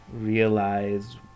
realize